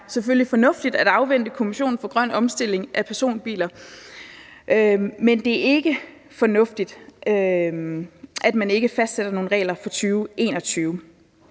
fornuftigt at afvente arbejdet fra Kommissionen for grøn omstilling af personbiler i Danmark, men det er ikke fornuftigt, at man ikke fastsætter nogle regler for 2021.